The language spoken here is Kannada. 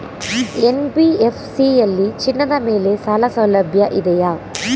ಎನ್.ಬಿ.ಎಫ್.ಸಿ ಯಲ್ಲಿ ಚಿನ್ನದ ಮೇಲೆ ಸಾಲಸೌಲಭ್ಯ ಇದೆಯಾ?